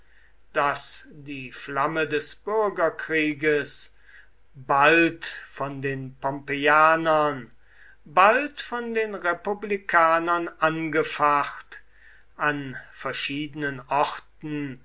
daß die flamme des bürgerkrieges bald von den pompeianern bald von den republikanern angefacht an verschiedenen orten